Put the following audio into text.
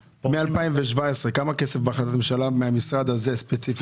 מ-2017 כמה כסף בהחלטת ממשלה היה מהמשרד הזה ספציפית?